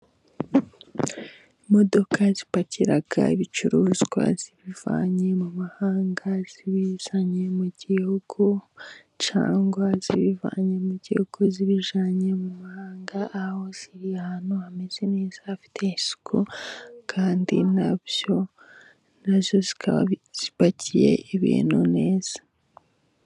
Imodoka zipakira ibicuruzwa zibivanye mu mahanga zibizanye mu gihugu, cyangwa zibivanye mu gihugu zibijyanye mu mahanga, aho ziri ahantu hameze neza, hafite isuku, kandi nabyo, nazo zikaba zipakiye ibintu neza.